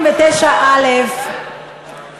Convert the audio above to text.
תודה רבה לחבר הכנסת אילן גילאון.